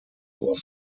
was